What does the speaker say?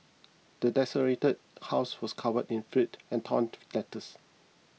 the desolated house was covered in filth and torn letters